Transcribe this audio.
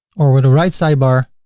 or with a right sidebar.